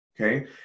okay